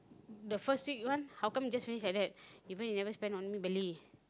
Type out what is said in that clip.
the first week how come just finish like that even he never spend on anybody